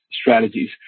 strategies